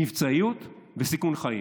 מבצעיות וסיכון חיים.